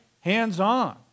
Hands-on